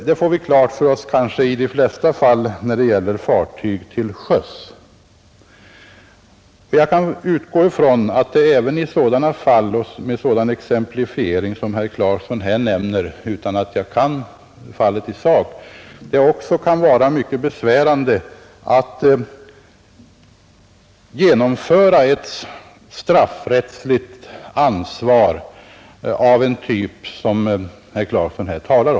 Det får vi klart för oss när det gäller fartyg till sjöss.